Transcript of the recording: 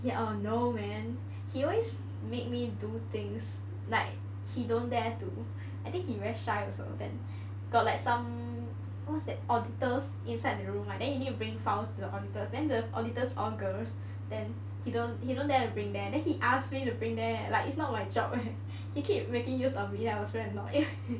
oh no man he always make me do things like he don't dare to I think he very shy also then got like some what's that auditors inside the room right then you need to bring files to the auditors then the auditors all girls then he don't he don't dare to bring there then he ask me to bring there like it's not my job he keep making use of me I was very annoyed